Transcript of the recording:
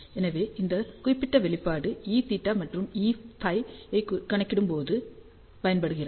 எனவே இந்த குறிப்பிட்ட வெளிப்பாடு Eθ மற்றும் Eφ ஐக் கணக்கிடும்போது பயன்படுத்தப்படுகிறது